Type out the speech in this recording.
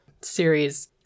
series